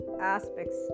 aspects